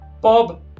Bob